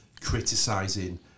criticising